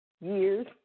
years